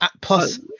plus